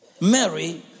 Mary